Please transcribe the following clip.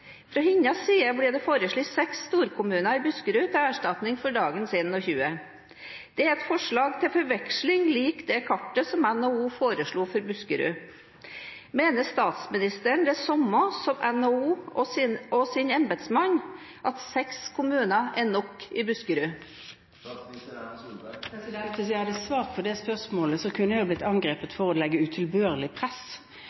Fra hennes side ble det foreslått 6 storkommuner i Buskerud til erstatning for dagens 21. Det er et forslag til forveksling lik det kartet som NHO foreslo for Buskerud. Mener statsministeren det samme som NHO og sin embetsmann, at seks kommuner er nok i Buskerud? Hvis jeg hadde svart på det spørsmålet, kunne jeg blitt angrepet